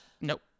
Nope